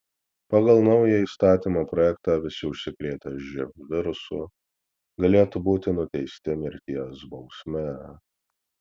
pagal naują įstatymo projektą visi užsikrėtę živ virusu galėtų būti nuteisti mirties bausme